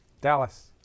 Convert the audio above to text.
dallas